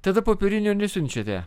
tada popierinių nesiunčiate